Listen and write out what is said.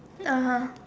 don't know